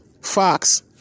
Fox